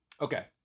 Okay